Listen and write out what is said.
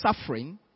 suffering